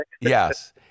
Yes